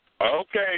Okay